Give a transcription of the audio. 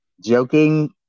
joking